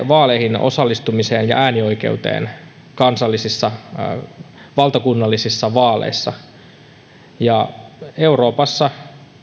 vaaleihin osallistumiseen ja äänioikeuteen kansallisissa valtakunnallisissa vaaleissa euroopassa